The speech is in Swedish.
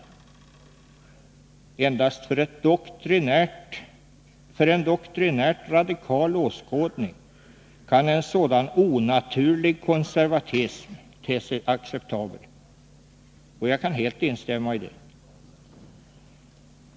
Endast för en doktrinärt radikal åskådning kan en sådan onaturlig konservatism te sig acceptabel.” Jag kan helt instämma i detta.